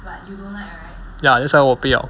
ya that's why 我不要